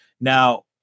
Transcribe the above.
Now